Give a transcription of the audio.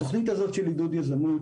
התוכנית הזאת של עידוד יזמות,